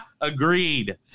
agreed